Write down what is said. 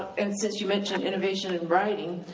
and since you mentioned innovation in writing,